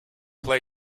play